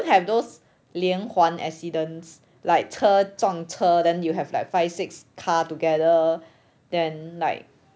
you won't have those 连环 accidents like 车撞车 then you have like five six car together then like